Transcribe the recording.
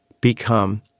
become